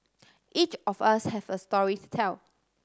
each of us has a story to tell